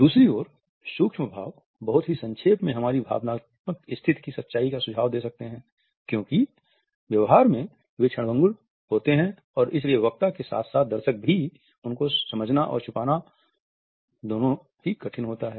दूसरी ओर सूक्ष्म भाव बहुत ही संक्षेप में हमारी भावनात्मक स्थिति की सच्चाई का सुझाव दे सकते हैं क्योंकि व्यवहार में वे एक क्षणभंगुर होते हैं और इसलिए वक्ता के साथ साथ दर्शक द्वारा भी उनको समझना और छुपाना दोनों ही कठिन होता है